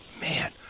Man